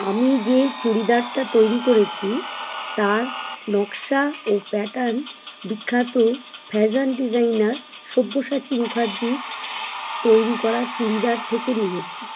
আমি যে চুড়িদারটা তৈরি করেছি তার নকশা ও প্যাটার্ন বিখ্যাত ফ্যাশন ডিজাইনার সব্যসাচী মুখার্জির তৈরি করা চুড়িদার থেকে নিয়েছি